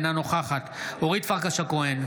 אינה נוכחת אורית פרקש הכהן,